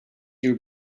your